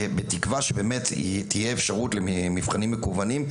בתקווה שבאמת תהיה אפשרות למבחנים מקוונים,